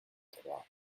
trois